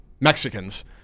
Mexicans